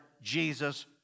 Jesus